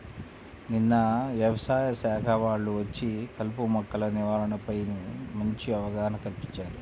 నిన్న యవసాయ శాఖ వాళ్ళు వచ్చి కలుపు మొక్కల నివారణపై మంచి అవగాహన కల్పించారు